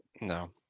No